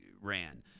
ran